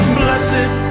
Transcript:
blessed